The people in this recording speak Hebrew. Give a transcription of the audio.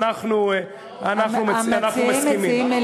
אנחנו מסכימים.